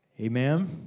Amen